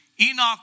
Enoch